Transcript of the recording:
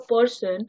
person